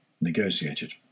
negotiated